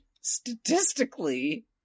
statistically